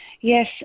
Yes